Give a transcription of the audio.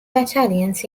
battalions